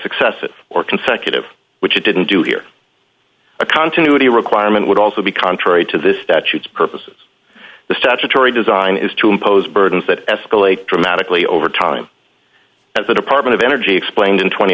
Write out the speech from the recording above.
successive or consecutive which it didn't do here a continuity requirement would also be contrary to the statutes purposes the statutory design is to impose burdens that escalate dramatically over time as the department of energy explained in tw